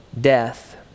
death